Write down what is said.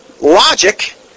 logic